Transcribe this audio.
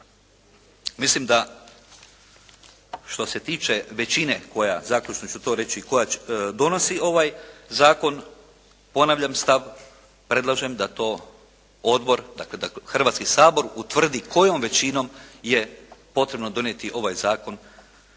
zaključno ću to reći koja donosi ovaj zakon, … stav predlažem da to odbor dakle, da Hrvatski sabor utvrdi kojom većinom je potrebno donijeti ovaj zakon